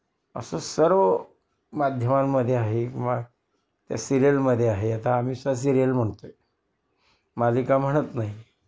असं सर्व माध्यमांमध्ये आहे किंवा त्या सिरियलमध्ये आहे आता आम्हीसुद्धा सिरियल म्हणतो आहे मालिका म्हणत नाही